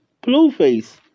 Blueface